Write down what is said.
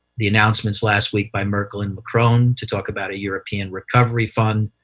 the announcements last week by merkel and macron to talk about a european recovery fund,